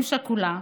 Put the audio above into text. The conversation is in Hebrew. אם שכולה,